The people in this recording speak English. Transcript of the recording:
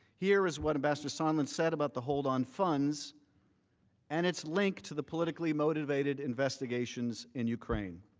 here is what ambassador sondland said about the hold on funds and its link to the politically motivated investigations and ukraine.